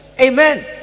amen